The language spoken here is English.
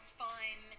fun